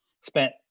spent